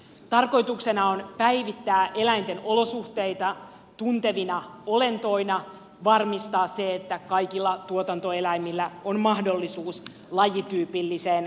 tarkoituksena on päivittää eläinten olosuhteita tuntevina olentoina ja varmistaa se että kaikilla tuotantoeläimillä on mahdollisuus lajityypilliseen käyttäytymiseen